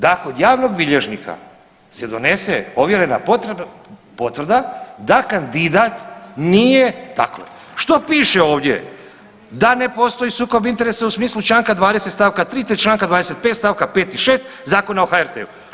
Da od javnog bilježnika se donese ovjerena potvrda da kandidat nije tako je, što piše ovdje, da ne postoji sukob interesa u smislu Članka 20. stavka 3. te Članka 25. stavka 5. i 6. Zakona o HRT-u.